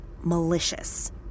malicious